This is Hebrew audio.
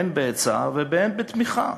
הן בעצה והן בתמיכה.